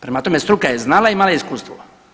Prema tome, struka je znala i imala iskustvo.